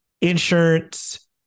insurance